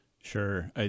Sure